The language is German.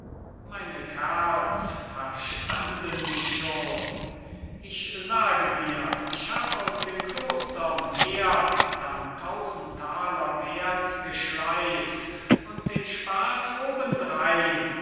meine kerls verstanden mich schon ich sage dir ich hab aus dem kloster mehr dann tausend thaler werths geschleift und den spaß obendrein